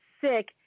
sick